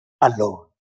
alone